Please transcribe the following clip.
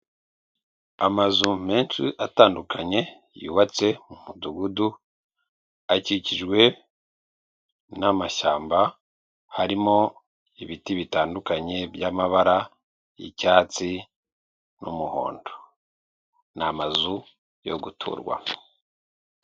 Amazu menshi atandukanye yubatse mu mudugudu, akikijwe n'amashyamba harimo ibiti bitandukanye by'amabara y'icyatsi n'umuhondo. Ni amazu yo guturwamo.